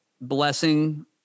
blessing